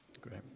Great